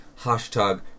hashtag